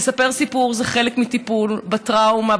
לספר סיפור זה חלק מטיפול בטראומה,